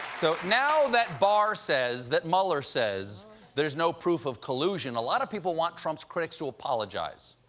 so now that barr says that mueller says there's no proof of collusion, a lot of people want trump's critics to apologize.